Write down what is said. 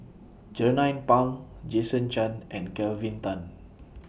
Jernnine Pang Jason Chan and Kelvin Tan